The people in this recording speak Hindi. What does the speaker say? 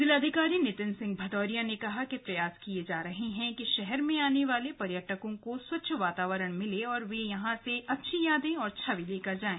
जिलाधिकारी नितिन सिंह भदौरिया ने कहा कि प्रयास किये जा रहे हैं कि शहर में आने वाले पर्यटकों को स्वच्छ वातावरण मिले और वे यहां से अच्छी यादें और छवि लेकर जाएं